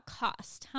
cost